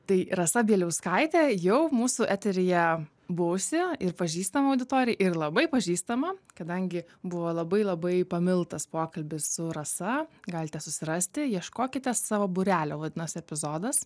tai rasa bieliauskaitė jau mūsų eteryje buvusi ir pažįstama auditorijai ir labai pažįstama kadangi buvo labai labai pamiltas pokalbis su rasa galite susirasti ieškokite savo būrelio vadinasi epizodas